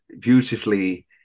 beautifully